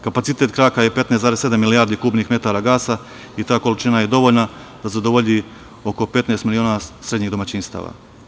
Kapacitet kraka je 15,7 milijardi kubnih metara gasa i ta količina je dovoljna da zadovolji oko 15 miliona srednjih domaćinstava.